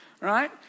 right